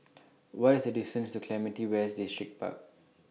What IS The distance to Clementi West Distripark